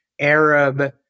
Arab